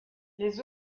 les